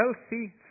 healthy